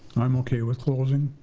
i'm okay with closing.